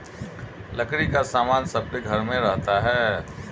लकड़ी का सामान सबके घर में रहता है